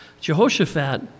Jehoshaphat